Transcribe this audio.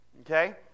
Okay